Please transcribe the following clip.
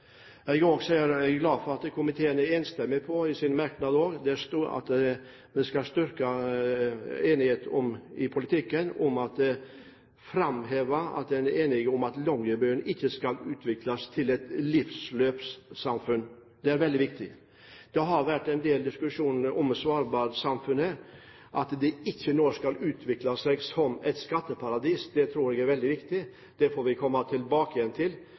er en stor styrke at komiteen er enig om disse punktene. Jeg er også glad for at komiteen er enstemmig i sin merknad. Spesielt vil jeg framheve at man er enig om at Longyearbyen ikke skal utvikles til et livsløpssamfunn. Det er veldig viktig. Det har vært en del diskusjon om Svalbardsamfunnet, at det ikke skal utvikle seg til et skatteparadis. Det tror jeg er veldig viktig. Det får vi komme tilbake til, men Stortinget må følge den utviklingen meget nøye. Vi står selvfølgelig helt fritt i Stortinget til